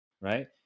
right